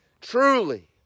truly